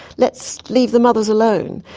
let's leave the mothers alone.